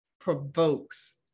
provokes